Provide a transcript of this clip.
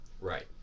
Right